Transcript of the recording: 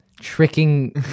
Tricking